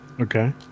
Okay